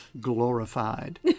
glorified